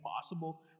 possible